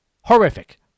Horrific